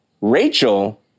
Rachel